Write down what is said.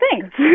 thanks